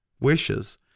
wishes